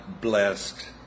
blessed